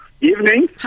Evening